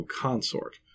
consort